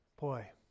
Boy